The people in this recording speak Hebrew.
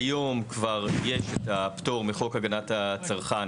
כיום כבר יש את הפטור מחוק הגנת הצרכן